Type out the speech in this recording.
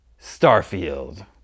Starfield